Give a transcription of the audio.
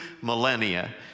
millennia